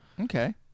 Okay